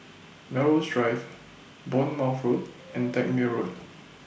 Melrose Drive Bournemouth Road and Tangmere Road